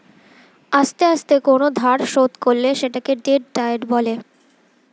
আস্তে আস্তে কোন ধার শোধ করলে সেটাকে ডেট ডায়েট বলে